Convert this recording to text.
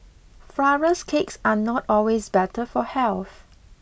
flourless cakes are not always better for health